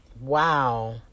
Wow